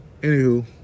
anywho